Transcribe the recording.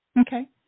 Okay